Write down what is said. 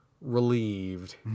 relieved